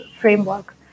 framework